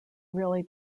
really